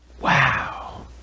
wow